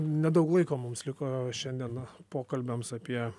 nedaug laiko mums liko šiandieną pokalbiams apie